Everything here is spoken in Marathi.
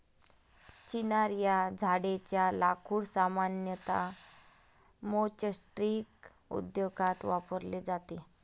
चिनार या झाडेच्या लाकूड सामान्यतः मैचस्टीक उद्योगात वापरले जाते